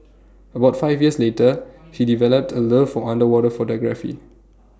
about five years later he developed A love for underwater photography